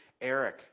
Eric